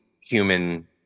human